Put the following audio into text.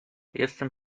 jestem